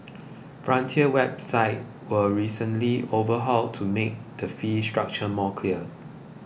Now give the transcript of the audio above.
frontier's website were recently overhauled to make the fee structure more clear